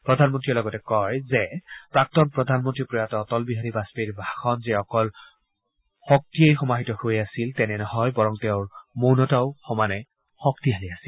প্ৰধানমন্ত্ৰীয়ে লগতে কয় যে প্ৰাক্তন প্ৰধানমন্ত্ৰী প্ৰয়াত অটল বিহাৰী বাজপেয়ীৰ ভাষণত যে এটা শক্তিয়েই সমাহিত হৈ আছিল তেনে নহয় বৰং তেওঁৰ মৌনতাও সমানেই শক্তিশালী আছিল